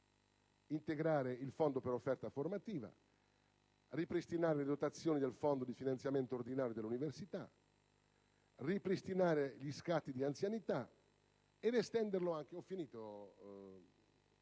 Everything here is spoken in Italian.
integrare il fondo per l'offerta formativa, ripristinare le dotazioni del fondo di finanziamento ordinario dell'università, ripristinare gli scatti di anzianità ed estenderli anche all'università.